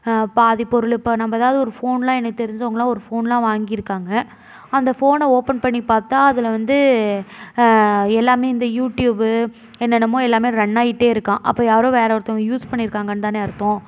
பாதி பொருள் இப்போ நம்ம எதாவது ஒரு ஃபோன்லாம் எனக்கு தெரிஞ்சவங்கலாம் ஒரு ஃபோன்லாம் வாங்கியிருக்காங்க அந்த ஃபோனை ஓபன் பண்ணி பார்த்தா அதில் வந்து எல்லாமே இந்த யூட்யூபு என்னனமோ எல்லாமே ரன்னாகிட்டே இருக்காம் அப்போ யாரோ வேறே ஒருத்தங்க யூஸ் பண்ணியிருக்காங்கந்தான அர்த்தம்